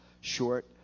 short